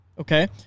okay